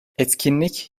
etkinlik